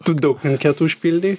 tu daug anketų užpildei